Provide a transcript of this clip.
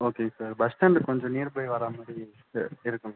ஓகேங்க sir bus ஸ்டென்ட்க்கு கொஞ்சம் நியர்பை வரா மாதிரி இருக்கனும்